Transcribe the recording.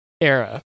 era